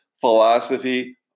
philosophy